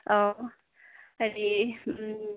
অঁ হেৰি